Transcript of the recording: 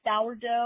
sourdough